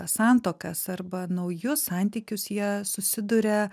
santuokas arba naujus santykius jie susiduria